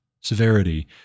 severity